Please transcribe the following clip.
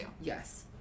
Yes